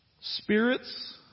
spirits